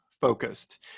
focused